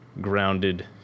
grounded